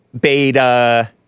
beta